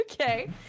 Okay